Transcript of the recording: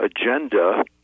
agenda